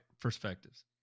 Perspectives